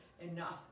enough